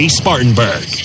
spartanburg